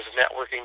networking